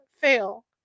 fail